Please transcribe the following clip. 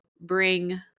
bring